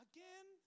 Again